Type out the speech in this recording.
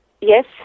Yes